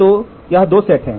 तो ये दो सेट हैं